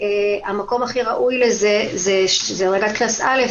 המקום הכי ראוי לזה זה דרגה קנס א',